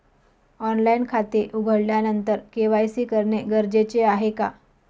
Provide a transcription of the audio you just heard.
Online खाते उघडल्यानंतर KYC करणे गरजेचे आहे का?